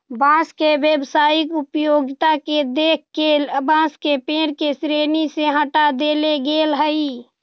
बाँस के व्यावसायिक उपयोगिता के देख के बाँस के पेड़ के श्रेणी से हँटा देले गेल हइ